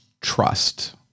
trust